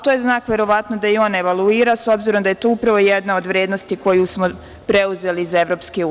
To je znak, verovatno, da i on evoluira, s obzirom da je to upravo jedna od vrednosti koju smo preuzeli iz EU.